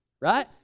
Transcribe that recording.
right